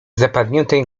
zapadniętej